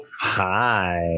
Hi